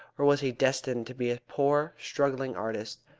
or was he destined to be a poor struggling artist?